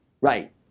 right